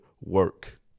work